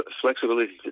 flexibility